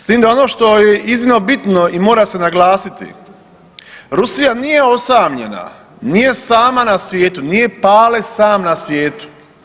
S tim da ono što je iznimno bitno i mora se naglasiti, Rusija nije osamljena, nije sama na svijetu, nije Pale sam na svijetu.